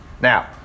Now